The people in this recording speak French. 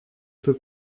peu